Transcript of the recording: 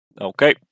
Okay